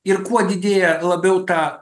ir kuo didėja labiau ta